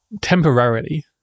temporarily